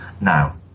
now